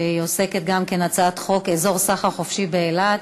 שעוסקת גם כן, הצעת חוק אזור סחר חופשי באילת